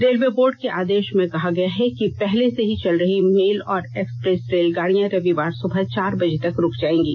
railway board के आदेश में कहा गया है कि पहले से ही चल रही मेल और एक्सप्रेस रेलगाड़ियां रविवार सुबह चार बजे रुक जाएंगी